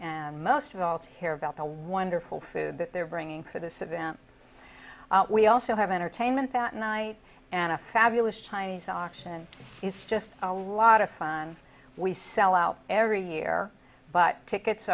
to hear about the wonderful food that they're bringing to this event we also have entertainment that night and a fabulous chinese auction is just a lot of fun we sell out every year but tickets